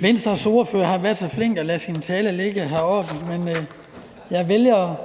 Venstres ordfører har været så flink at lade sin tale ligge heroppe, men jeg vælger